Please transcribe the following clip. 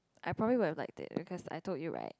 I promise will like that because I told you right